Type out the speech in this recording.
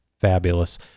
Fabulous